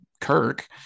Kirk